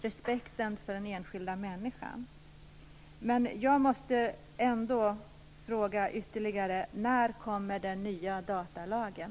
Respekten för den enskilda människan är så viktig i Sverige att den också är inskriven i grundlagen.